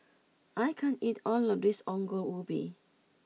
I can't eat all of this Ongol Ubi